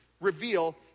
reveal